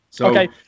Okay